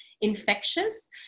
infectious